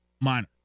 minor